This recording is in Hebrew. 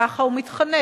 ככה הוא מתחנך.